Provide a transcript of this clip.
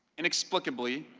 inexplicably,